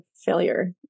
failure